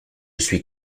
suis